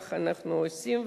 כך אנחנו עושים,